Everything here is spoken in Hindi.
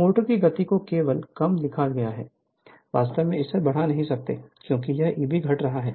मोटर की गति को केवल कम किया जा सकता है वास्तव में इसे बढ़ा नहीं सकता है क्योंकि यह Eb घट रहा है